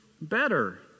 better